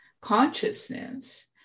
consciousness